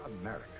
America